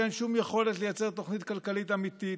שאין שום יכולת לייצר תוכנית כלכלית אמיתית,